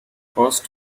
first